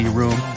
room